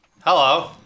Hello